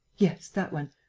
yes, that one.